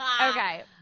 Okay